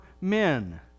men